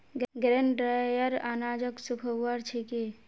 grain dryer अनाजक सुखव्वार छिके